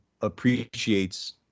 appreciates